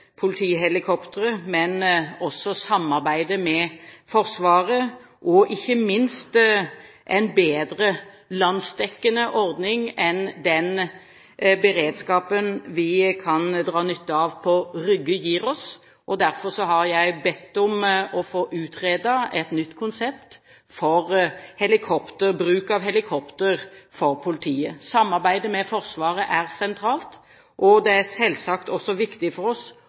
men også samarbeidet med Forsvaret. Vi trenger en bedre landsdekkende ordning enn den beredskapen vi kan dra nytte av på Rygge, gir oss. Derfor har jeg bedt om å få utredet et nytt konsept for bruk av helikopter for politiet. Samarbeidet med Forsvaret er sentralt. Det er selvsagt også viktig for oss